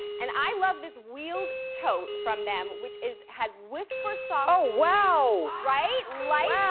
and i love this wheeled toat from them, which is, has whisper soft. oh wow. right, like yeah